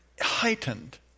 heightened